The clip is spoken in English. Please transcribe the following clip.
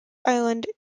island